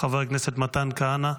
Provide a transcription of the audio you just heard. חבר הכנסת מתן כהנא,